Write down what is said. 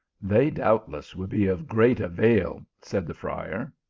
they doubtless would be of great avail, said the friar.